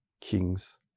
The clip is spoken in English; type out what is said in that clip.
kings